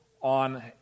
on